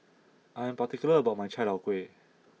I am particular about my Chai Tow Kway